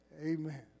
Amen